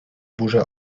burzę